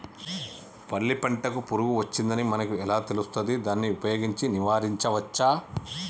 పల్లి పంటకు పురుగు వచ్చిందని మనకు ఎలా తెలుస్తది దాన్ని ఉపయోగించి నివారించవచ్చా?